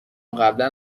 قبلا